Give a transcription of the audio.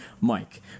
Mike